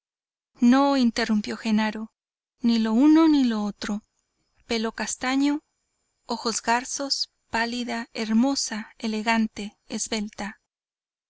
no interrumpió genaro ni lo uno ni lo otro pelo castaño ojos garzos pálida hermosa elegante